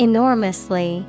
Enormously